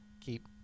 keep